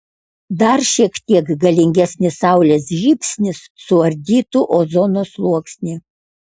dar šiek tiek galingesnis saulės žybsnis suardytų ozono sluoksnį